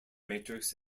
matrix